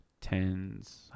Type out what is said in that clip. Ten's